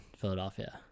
Philadelphia